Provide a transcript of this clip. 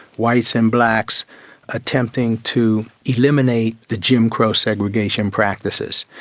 whites and blacks attempting to eliminate the jim crow segregation practices.